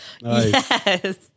Yes